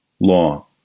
law